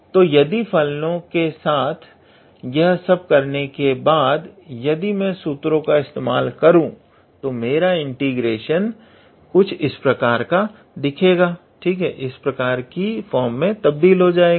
तो यदि फलानो के साथ यह सब करने के बाद यदि मैं सूत्रो का इस्तेमाल करूं तो मेरा इंटीग्रेशन cosn 1xsinm1xm1cosn 1xsinm2xm1dx मे तब्दील हो जाएगा